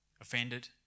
offended